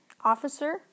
officer